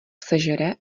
sežere